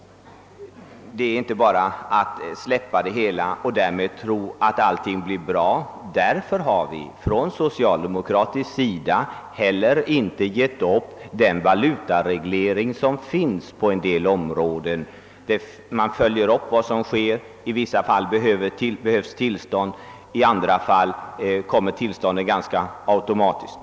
Det går inte bara att släppa kapitalrörelserna fria och tro att allt blir bra. Därför har vi socialdemokrater inte heller avskaffat den valutareglering som förekommer på en del områden. Man följer upp vad som sker genom att i vissa fall föreskriva tillstånd för kapitalrörelser över gränserna, medan sådant tillstånd i andra fall meddelas så gott som automatiskt.